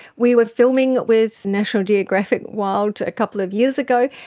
we were filming with national geographic wild a couple of years ago,